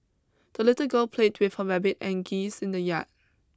the little girl played with her rabbit and geese in the yard